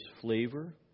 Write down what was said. flavor